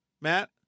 Matt